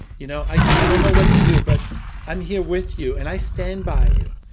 you know, i don't know what to do but i'm here with you, and i stand by you,